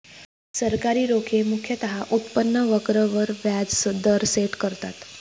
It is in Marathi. सरकारी रोखे मुख्यतः उत्पन्न वक्र वर व्याज दर सेट करतात